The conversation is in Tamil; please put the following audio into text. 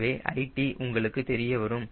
எனவே lt உங்களுக்கு தெரியவரும்